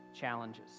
challenges